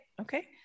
okay